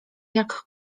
jak